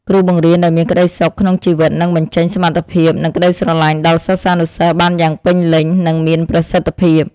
គ្រូបង្រៀនដែលមានក្តីសុខក្នុងជីវិតនឹងបញ្ចេញសមត្ថភាពនិងក្តីស្រឡាញ់ដល់សិស្សានុសិស្សបានយ៉ាងពេញលេញនិងមានប្រសិទ្ធភាព។